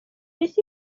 beth